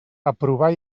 aprovar